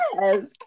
Yes